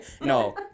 No